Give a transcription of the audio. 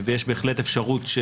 ויש בהחלט אפשרות,